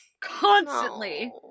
Constantly